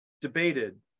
debated